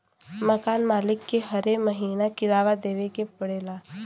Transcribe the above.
मकान मालिक के हरे महीना किराया देवे पड़ऽला